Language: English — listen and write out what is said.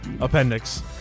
appendix